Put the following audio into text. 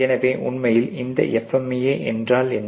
எனவே உண்மையில் இந்த FMEA என்றால் என்ன